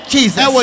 Jesus